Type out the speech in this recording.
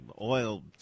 oil